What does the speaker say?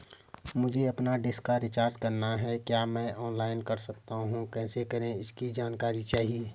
मुझे अपनी डिश का रिचार्ज करना है क्या मैं ऑनलाइन कर सकता हूँ कैसे करें इसकी जानकारी चाहिए?